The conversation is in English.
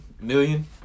million